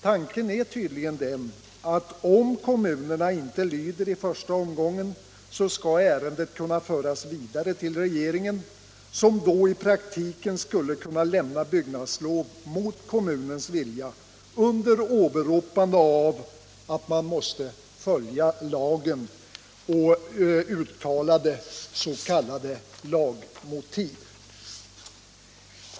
Tanken är tydligen den att om kommunerna inte lyder i första omgången skall ärendet kunna föras vidare till regeringen, som då i praktiken skulle kunna lämna byggnadslov mot kommunens vilja under åberopande av att man måste följa lagen, och uttalade s.k. lagmotiv.